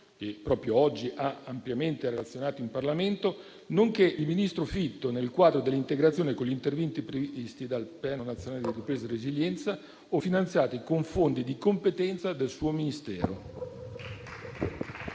che proprio oggi ha ampiamente relazionato in Parlamento, nonché il ministro Fitto, nel quadro dell'integrazione con gli interventi previsti dal Piano nazionale di ripresa e resilienza o finanziati con fondi di competenza del suo Ministero.